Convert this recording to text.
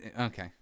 okay